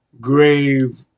grave